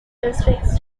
districts